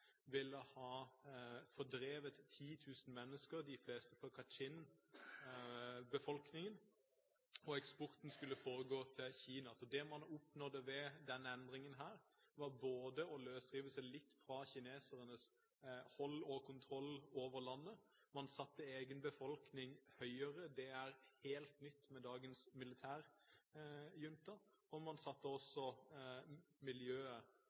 ville ha fordrevet 10 000 mennesker, de fleste fra Kachin-befolkningen – og eksporten skulle gått til Kina. Så det man har oppnådd ved denne endringen, var å løsrive seg litt fra kinesernes hold og kontroll over landet. Man satte egen befolkning høyere, det er noe helt nytt med dagens militærjunta. Man satte også miljøet